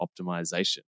optimization